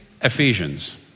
ephesians